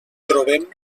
trobem